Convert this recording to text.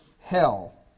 hell